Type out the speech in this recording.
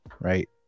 right